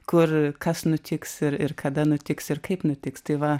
kur kas nutiks ir ir kada nutiks ir kaip nutiks tai va